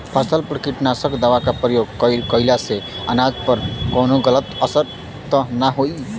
फसल पर कीटनाशक दवा क प्रयोग कइला से अनाज पर कवनो गलत असर त ना होई न?